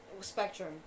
Spectrum